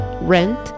rent